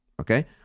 okay